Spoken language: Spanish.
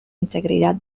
integridad